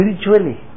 spiritually